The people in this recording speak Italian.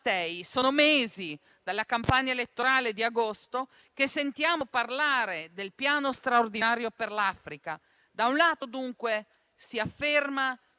Sono mesi, dalla campagna elettorale di agosto, che sentiamo parlare del Piano straordinario per l'Africa; da un lato, dunque, si afferma